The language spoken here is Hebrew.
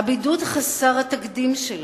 הבידוד חסר התקדים שלה,